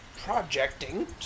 projecting